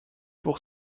pour